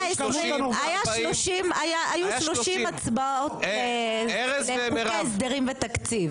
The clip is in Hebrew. היו 30. היו 30 הצבעות בחוקי ההסדרים והתקציב